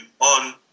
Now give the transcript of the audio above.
on